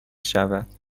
شود